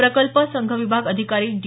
प्रकल्प संघ विभाग अधिकारी डी